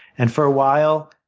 and for a while,